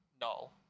null